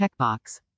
checkbox